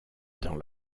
dans